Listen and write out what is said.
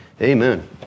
Amen